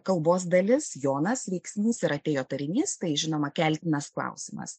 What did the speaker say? kalbos dalis jonas veiksnys ir atėjo turinys tai žinoma keltinas klausimas